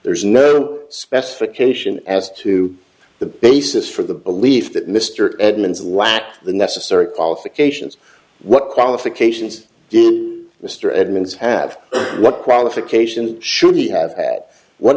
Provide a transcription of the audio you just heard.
there's no specification as to the basis for the belief that mr edmunds lack the necessary qualifications what qualifications did mr edmunds have what qualifications should he have what